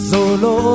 Solo